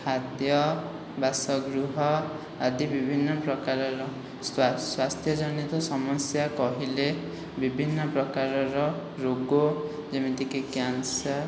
ଖାଦ୍ୟ ବାସଗୃହ ଆଦି ବିଭିନ୍ନ ପ୍ରକାରର ସ୍ଵାସ୍ଥ୍ୟଜନିତ ସମସ୍ୟା କହିଲେ ବିଭିନ୍ନ ପ୍ରକାରର ରୋଗ ଯେମିତିକି କ୍ୟାନ୍ସର